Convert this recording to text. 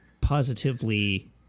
positively